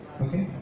Okay